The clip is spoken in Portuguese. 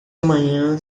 amanhã